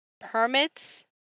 permits